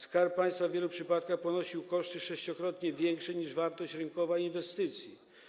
Skarb Państwa w wielu przypadkach ponosił koszty sześciokrotnie większe niż wartość rynkowa inwestycji.